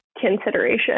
consideration